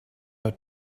her